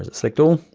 select all,